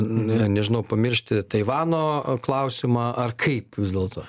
na nežinau pamiršti taivano klausimą ar kaip vis dėlto